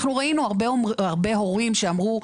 אנחנו ראינו הרבה הורים שאמרו,